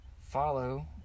follow